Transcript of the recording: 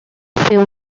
few